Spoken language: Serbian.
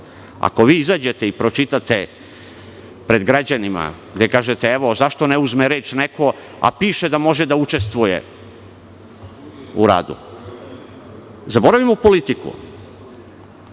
ako vi izađete i pročitate pred građanima gde kažete – evo, zašto ne uzme reč neko, a piše da može da učestvuje u radu. Zaboravimo politiku.